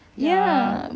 ya but